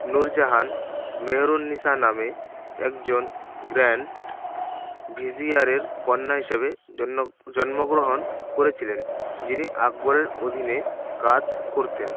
নূরজাহান মেহের উন নিসা নামে একজন গ্র্যান্ড ভিজিয়ারের কন্যা হিসেবে জন্য জন্মগ্রহণ করেছিলেন যিনি আকবরের অধীনে কাজ করতেন